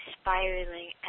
spiraling